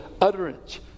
utterance